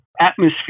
atmosphere